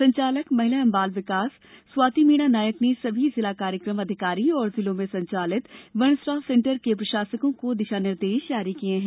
संचालक महिला बाल विकास स्वाति मीणा नायक ने सभी जिला कार्यक्रम अधिकारी और जिलों में संचालित सेण्टर के प्रशासकों को दिशा निर्देश जारी किये हैं